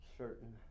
certain